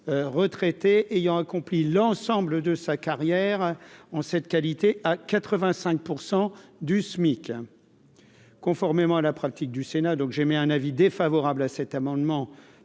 retraités ayant accompli l'ensemble de sa carrière en cette qualité à 85 % du SMIC, conformément à la pratique du Sénat, donc j'émets un avis défavorable à cet amendement,